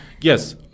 Yes